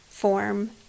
form